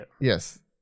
Yes